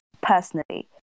personally